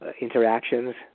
interactions